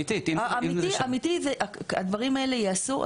הדברים האלה ייעשו.